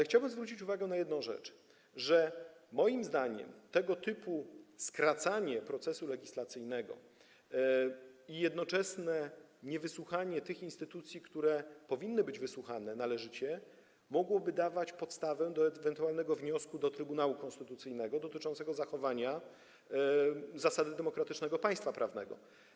Chciałbym zwrócić tu uwagę na jedną kwestię: Moim zdaniem tego typu skracanie procesu legislacyjnego i jednoczesne niewysłuchiwanie tych instytucji, które powinny być należycie wysłuchane, mogłoby dawać podstawę do ewentualnego wniosku do Trybunału Konstytucyjnego dotyczącego zachowania zasady demokratycznego państwa prawnego.